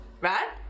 Right